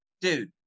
dude